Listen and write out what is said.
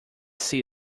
see